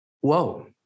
whoa